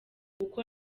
uko